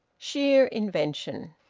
sheer invention!